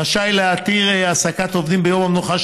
רשאי להתיר העסקת עובדים ביום המנוחה